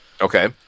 Okay